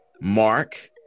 Mark